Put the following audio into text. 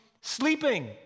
sleeping